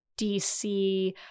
DC